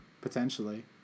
Potentially